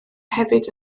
hefyd